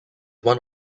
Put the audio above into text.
one